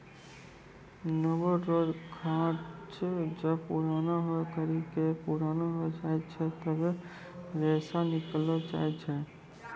नेमो रो गाछ जब पुराणा होय करि के पुराना हो जाय छै तबै रेशा निकालो जाय छै